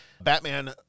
Batman